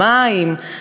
מים,